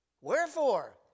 Wherefore